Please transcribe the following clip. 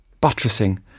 buttressing